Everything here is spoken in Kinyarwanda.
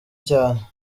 cyane